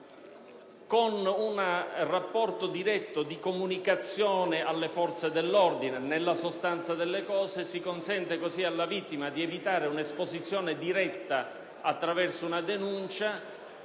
con un rapporto diretto di comunicazione alle forze dell'ordine. Nella sostanza delle cose, si consente alla vittima di evitare un'esposizione diretta attraverso una denuncia